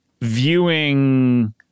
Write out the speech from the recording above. viewing